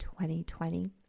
2020